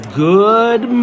Good